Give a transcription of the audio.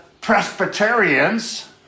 Presbyterians